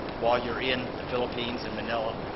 while you're in the philippines, in manila,